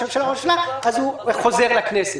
הממשלה או ראש הממשלה הוא חוזר לכנסת.